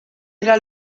era